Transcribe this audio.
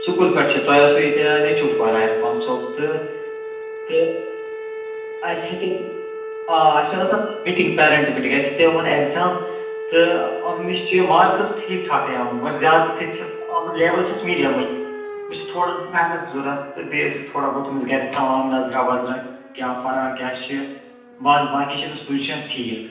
school پٮ۪ٹھٕ چھِ تۄہہِ ٲسٕو ییٚتہِ نیٚچوٗ پَران عرفان صٲب تہٕ تہٕ اَسہِ ہیٚکیٛاہ آ اَسہِ ٲس نا مِٹیٖنٛگ پیرٮ۪نٛٹ مِٹیٖنٛگ اَسہِ ہٮ۪ژیٛاو یِمَن اٮ۪کزام تہٕ أمِس چھِ مارکٕس ٹھیٖک ٹھاکھٕے آمٕتۍ مگر زیادٕ تہِ چھُس نہٕ آمُت لٮ۪وَل چھَس میٖڈیَمٕے أمِس چھِ تھوڑا محنت ضروٗرت تہٕ بیٚیہِ ٲسِو تھوڑا بہت أمِس گَرِ تھاوان نظراہ وظراہ کیٛاہ پَران کیٛاہ چھِ بَس باقٕے چھِ أمِس پوزِشَن ٹھیٖک